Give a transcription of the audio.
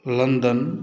London